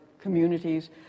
communities